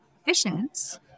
efficient